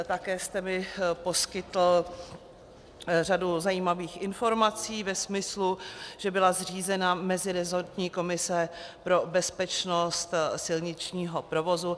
Také jste mi poskytl řadu zajímavých informací ve smyslu, že byla zřízena meziresortní komise pro bezpečnost silničního provozu.